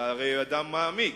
אתה הרי אדם מעמיק,